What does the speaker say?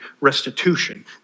restitution